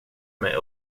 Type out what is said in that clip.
mig